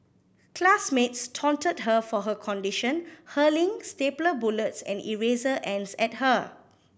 classmates taunted her for her condition hurling stapler bullets and eraser ends at her